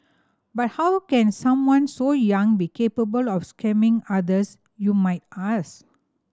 but how can someone so young be capable of scamming others you might ask